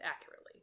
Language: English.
accurately